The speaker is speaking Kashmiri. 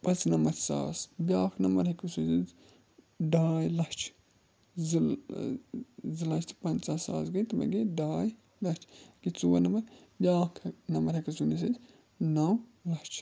پانٛژھ نَمَتھ ساس بیٛاکھ نمبر ہٮ۪کوس أسۍ ڈاے لچھ زٕ زٕ لَچھ تہٕ پَنٛژاہ ساس گٔے تِمَے گٔے ڈاے لَچھ کہِ ژور نمبر بیٛاکھ نمبر ہٮ۪کوس ؤنِتھ أسۍ نَو لَچھ